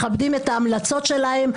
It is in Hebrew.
את המלצותיהם,